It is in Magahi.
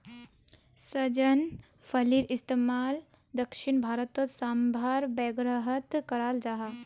सहजन फलिर इस्तेमाल दक्षिण भारतोत साम्भर वागैरहत कराल जहा